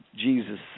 Jesus